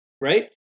Right